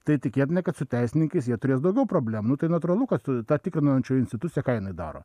tai tikėtina kad su teisininkais jie turės daugiau problemų nu tai natūralu kad ta tikrinančioji institucija ką jinai daro